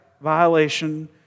violation